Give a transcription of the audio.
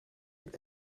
een